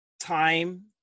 time